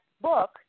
book